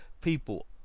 people